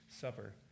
Supper